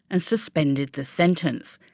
and suspended the sentence?